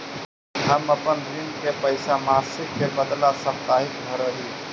हम अपन ऋण के पैसा मासिक के बदला साप्ताहिक भरअ ही